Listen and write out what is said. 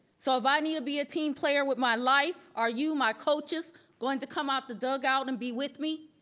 so if i need to be a team player with my life, are you my coaches going to come out the dugout and be with me?